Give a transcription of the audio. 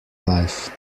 life